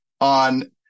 on